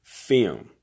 Film